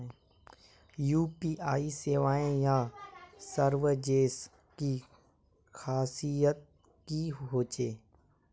UPI सेवाएँ या services की खासियत की होचे?